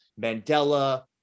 Mandela